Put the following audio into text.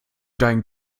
deinen